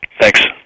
Thanks